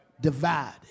divided